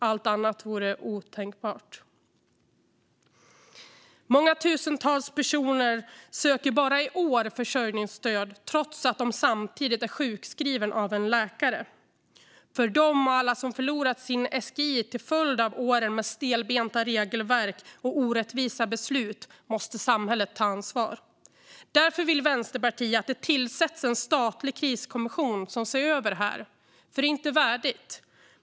Allt annat vore otänkbart. Många tusentals personer söker bara i år försörjningsstöd trots att de samtidigt är sjukskrivna av en läkare. För dem och alla som förlorat sin SGI till följd av åren med stelbenta regelverk och orättvisa beslut måste samhället ta ansvar. Därför vill Vänsterpartiet att det tillsätts en statlig kriskommission som ser över det här, för det är inte värdigt.